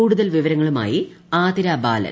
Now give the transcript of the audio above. കൂടുതൽ വിവരങ്ങളുമായി ആതിര ബാലൻ